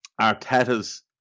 Arteta's